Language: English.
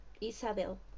Isabel